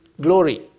glory